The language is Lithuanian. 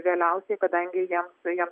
vėliausiai kadangi jiems dideli